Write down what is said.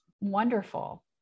wonderful